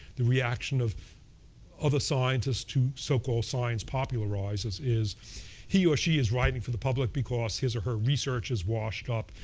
the reaction of other scientists to so-called science popularizers is he or she is writing for the public because his or her research is washed up.